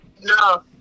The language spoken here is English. No